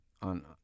on